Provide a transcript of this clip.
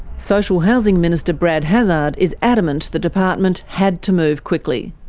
social housing minister brad hazzard is adamant the department had to move quickly.